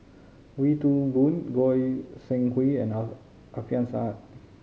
Wee Toon Boon Goi Seng Hui and Alfian Sa'at